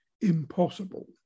impossible